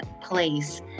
place